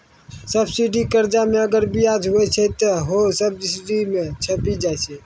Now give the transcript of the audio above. subsidy कर्जा मे अगर बियाज हुवै छै ते हौ सब्सिडी मे छिपी जाय छै